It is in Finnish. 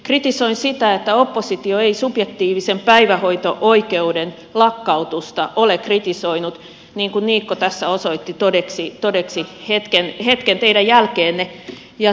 kritisoin sitä että oppositio ei subjektiivisen päivähoito oikeuden lakkautusta ole kritisoinut niin kuin niikko tässä osoitti todeksi hetki teidän jälkeenne